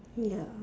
ya